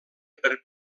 per